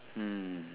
hmm